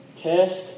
Test